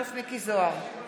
מכלוף מיקי זוהר,